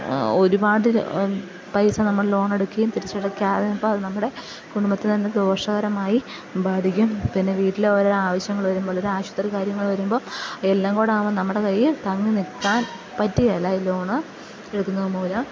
ഒരുപാട് പൈസ നമ്മൾ ലോണെടുക്കുകയും തിരിച്ചടക്കാതെയൊക്കെ അതു നമ്മുടെ കുടുംബത്തു തന്നെ ദോഷകരമായി ബാധിക്കും പിന്നെ വീട്ടിലെ ഓരോരോ ആവശ്യങ്ങൾ വരുമ്പോൾ അല്ലെങ്കിൽ ആശുപത്രി കാര്യങ്ങൾ വരുമ്പോൾ എല്ലാം കൂടാകും നമ്മുടെ കയ്യിൽ തങ്ങി നിർത്താൻ പറ്റുകയില്ല ഈ ലോൺ എടുക്കുന്നതു മൂലം